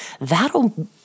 that'll